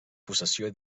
possessió